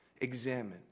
Examine